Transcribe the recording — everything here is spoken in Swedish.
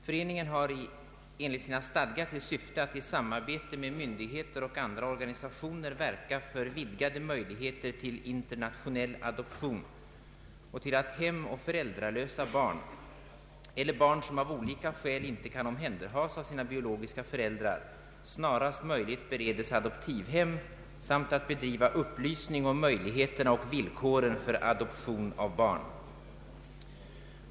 Föreningen Adoptionscentrum har enligt sina stadgar till syfte att i samarbete med myndigheter och andra organisationer verka för vidgade möjligheter till internationell adoption och till att hemoch föräldralösa barn eller barn, som av olika skäl inte kan omhänderhas av sina biologiska föräldrar, snarast möjligt beredes adoptivhem samt att bedriva upplysning om möjligheterna och villkoren för adoption av barn.